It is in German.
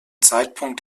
zeitpunkt